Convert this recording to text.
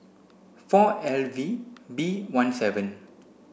four L V B one seven